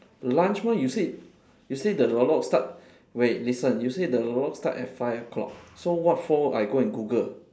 lunch one you said you say the lok-lok start wait listen you said the lok-lok start at five o-clock so what for I go and google